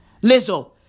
Lizzo